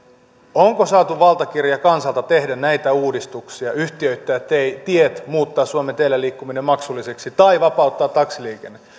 onko saatu valtakirja kansalta tehdä näitä uudistuksia yhtiöittää tiet muuttaa suomen teillä liikkuminen maksulliseksi tai vapauttaa taksiliikenne